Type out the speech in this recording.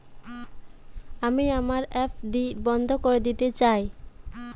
আমি আমার এফ.ডি বন্ধ করে দিতে চাই